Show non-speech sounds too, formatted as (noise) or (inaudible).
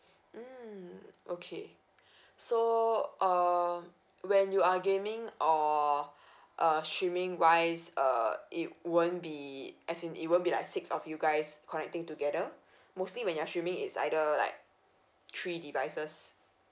mm okay so uh when you are gaming or (breath) uh streaming-wise err it won't be as in it won't be like six of you guys connecting together mostly when you are streaming it's either like three devices